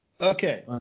Okay